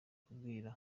kubwira